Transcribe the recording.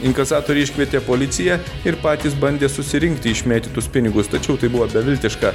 inkasatoriai iškvietė policiją ir patys bandė susirinkti išmėtytus pinigus tačiau tai buvo beviltiška